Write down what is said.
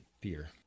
fear